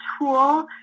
tool